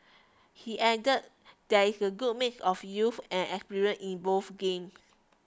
he added there is a good mix of youth and experience in both games